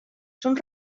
són